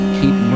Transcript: keep